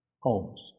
homes